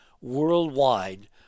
worldwide